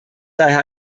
daher